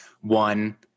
one